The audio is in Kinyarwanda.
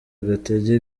agatege